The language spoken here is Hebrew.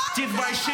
דיבתי.